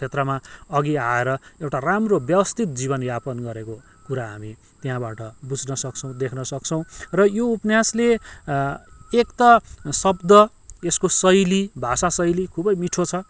क्षेत्रमा अघि आएर एउटा राम्रो व्यवस्थित जीवनयापन गरेको कुरा हामी त्यहाँबाट बुझ्नसक्छौँ देख्नसक्छौँ र यो उपन्यासले एक त शब्द यसको शैली भाषाशैली खुबै मिठो छ